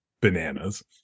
bananas